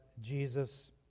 Jesus